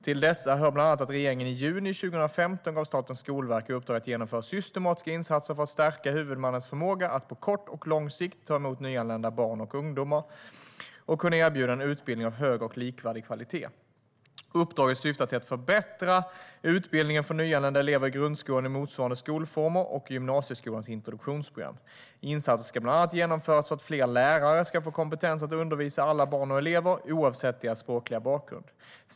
Till dessa hör bland annat att regeringen i juni 2015 gav Statens skolverk i uppdrag att genomföra systematiska insatser för att stärka huvudmännens förmåga att på kort och lång sikt ta emot nyanlända barn och ungdomar och kunna erbjuda en utbildning av hög och likvärdig kvalitet. Uppdraget syftar till att förbättra utbildningen för nyanlända elever i grundskolan och motsvarande skolformer och i gymnasieskolans introduktionsprogram. Insatser ska bland annat genomföras för att fler lärare ska få kompetens att undervisa alla barn och elever, oavsett deras språkliga bakgrund.